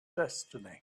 destiny